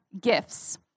gifts